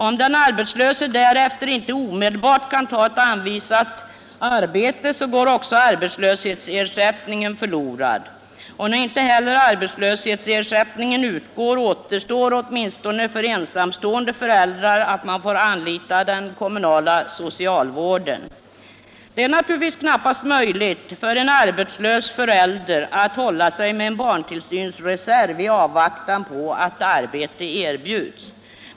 Om den arbetslöse därefter inte omedelbart kan ta anvisat arbete går också arbetslöshetsersättningen förlorad. Och när inte heller arbetslöshetsersättningen utgår återstår, åtminstone för ensamstående föräldrar, att man får anlita den kommunala socialvården. Det är knappast möjligt för en arbetslös förälder att hålla sig med en barntillsynsreserv i avvaktan på att arbete erbjuds.